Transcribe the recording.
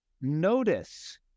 notice